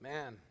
Man